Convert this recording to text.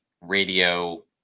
radio